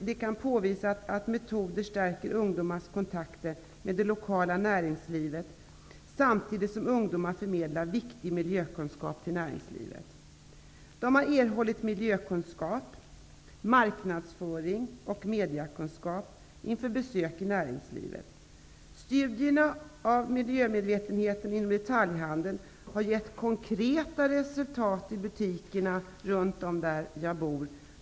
Det kan påvisas att dessa metoder stärker ungdomars kontakter med det lokala näringslivet samtidigt som ungdomar förmedlar viktig miljökunskap till näringslivet. De har erhållit miljökunskap, lärt sig marknadsföring och fått mediekunskap inför besök i näringslivet. Studierna av miljömedvetenheten inom detaljhandeln har gett konkreta resultat i butikerna runt om där jag bor.